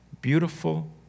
beautiful